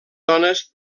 dones